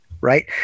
Right